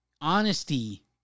Honesty